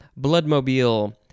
Bloodmobile